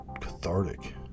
cathartic